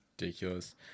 ridiculous